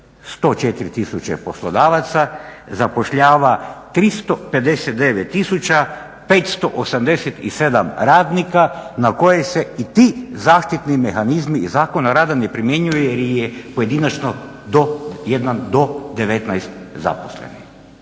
104 tisuće poslodavaca, zapošljava 359 tisuća 587 radnika na koje se i ti zaštitni mehanizmi iz Zakona o radu ne primjenjuju jer je pojedinačno 1 do 19 zaposlenih.